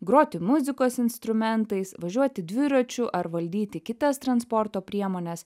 groti muzikos instrumentais važiuoti dviračiu ar valdyti kitas transporto priemones